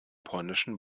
polnischen